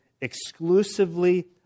exclusively